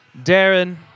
Darren